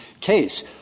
case